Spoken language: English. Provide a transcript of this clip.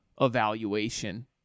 evaluation